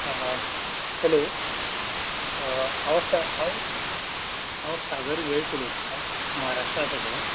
हां हां हॅलो हांव हांव हांव सागर वेळीप उलयता महाराष्ट्रा साकून